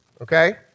Okay